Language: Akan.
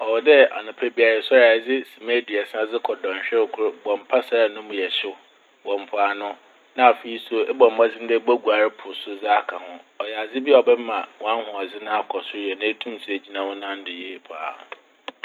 Ɔwɔ dɛ anapa biara esoɛr a ɛdze sema eduasa rokɔ dɔnhwer kor bɔ mpasar a no mu yɛ hyew wɔ mpoano. Na afei so ebɔ mbɔdzen dɛ eboguar po so dze aka ho .Ɔyɛ adze bi a ɔbɛma w'ahoɔdzen akɔ sor na etum so egyina wo nan do yie paa.